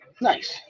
Nice